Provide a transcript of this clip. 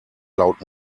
laut